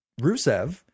Rusev